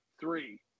three